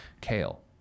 kale